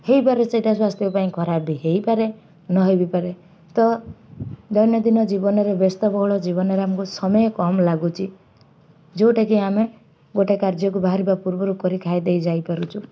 ହେଇପାରେ ସେଇଟା ସ୍ୱାସ୍ଥ୍ୟ ପାଇଁ ଖରାପ ବି ହେଇପାରେ ନ ହେଇବିପାରେ ତ ଦୈନଦିନ ଜୀବନରେ ବ୍ୟସ୍ତ ବହୁଳ ଜୀବନରେ ଆମକୁ ସମୟ କମ୍ ଲାଗୁଛି ଯେଉଁଟାକି ଆମେ ଗୋଟେ କାର୍ଯ୍ୟକୁ ବାହାରିବା ପୂର୍ବରୁ କରି ଖାଇଦେଇ ଯାଇପାରୁଛୁ